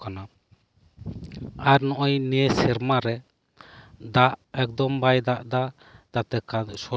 ᱟᱨ ᱱᱚᱜᱼᱚᱭ ᱱᱤᱭᱟᱹ ᱥᱮᱨᱢᱟ ᱨᱮ ᱫᱟᱜ ᱮᱠᱫᱚᱢ ᱵᱟᱭ ᱫᱟᱜ ᱮᱫᱟ ᱛᱟᱛᱮ ᱥᱚᱰᱚᱜ ᱥᱮ ᱞᱟᱹᱴᱩ